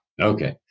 Okay